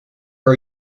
are